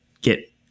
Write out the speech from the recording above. get